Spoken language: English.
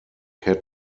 had